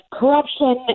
corruption